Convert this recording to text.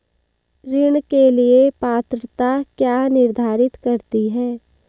ऋण के लिए पात्रता क्या निर्धारित करती है?